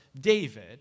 David